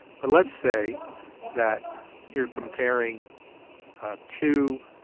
but let's say that you're comparing two